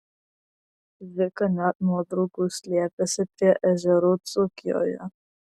vika net nuo draugų slėpėsi prie ežerų dzūkijoje